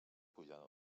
pujada